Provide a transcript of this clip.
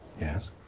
Yes